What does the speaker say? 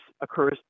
occurs